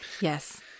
Yes